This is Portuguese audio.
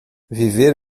viver